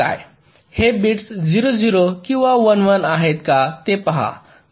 हे बिट्स 0 0 किंवा 1 1 आहेत का ते पहा